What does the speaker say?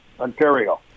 Ontario